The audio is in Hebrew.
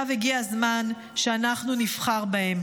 עכשיו הגיע הזמן שאנחנו נבחר בהם.